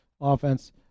offense